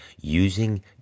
using